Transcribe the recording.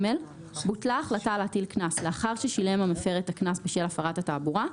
בוטלה החלטה להטיל קנס לאחר ששילם המפר את הקנס בשל הפרת התעבורה,